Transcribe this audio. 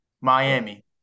Miami